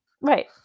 Right